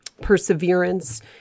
perseverance